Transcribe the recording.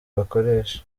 bakoresha